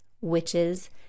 witches